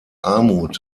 armut